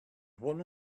one